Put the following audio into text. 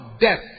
death